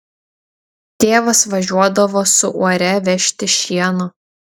tėvas važiuodavo su uore vežti šieno